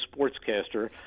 sportscaster